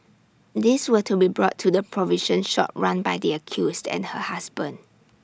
these were to be brought to the provision shop run by the accused and her husband